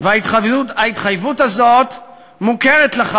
וההתחייבות הזאת מוכרת לך,